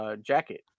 jacket